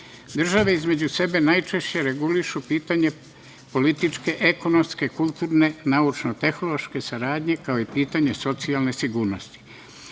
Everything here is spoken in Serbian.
između sebe najčešće regulišu pitanje političke, ekonomske, kulturne, naučno-tehnološke saradnje, kao i pitanje socijalne sigurnosti. Kao